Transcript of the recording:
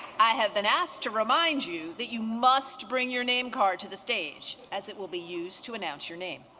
i have been asked to remind you that you must bring your name card to the stage as it will be used to announce your name.